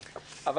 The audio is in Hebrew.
התקנות.